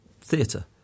theatre